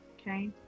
Okay